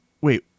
Wait